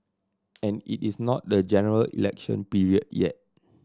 and it is not the General Election period yet